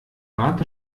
warte